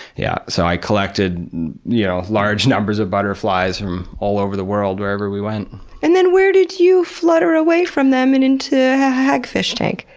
yeah so i collected yeah large numbers of butterflies from all over the world, wherever we went. and then where did you flutter away from them and into a hagfish tank?